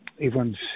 Everyone's